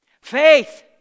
Faith